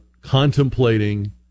contemplating